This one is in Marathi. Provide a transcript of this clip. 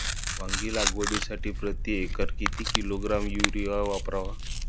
वांगी लागवडीसाठी प्रती एकर किती किलोग्रॅम युरिया वापरावा?